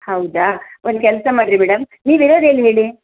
ಹೌದಾ ಒಂದು ಕೆಲಸ ಮಾಡಿರಿ ಮೇಡಮ್ ನೀವು ಇರೋದೆಲ್ಲಿ ಹೇಳಿ